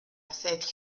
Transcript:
asedio